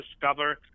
discover